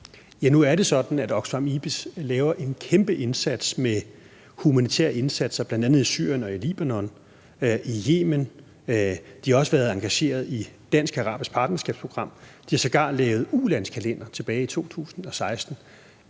Nu er det sådan, at Oxfam IBIS laver en kæmpe indsats med humanitære indsatser bl.a. i Syrien, Libanon og Yemen; de har også været engageret i Dansk-Arabisk Partnerskabsprogram; de har sågar lavet ulandskalender tilbage i 2016